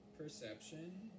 perception